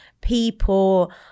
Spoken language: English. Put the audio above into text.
people